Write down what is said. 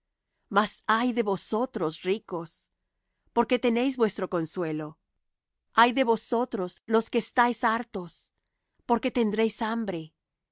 mas ay de vosotros ricos porque tenéis vuestro consuelo ay de vosotros los que estáis hartos porque tendréis hambre